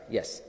Yes